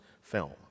film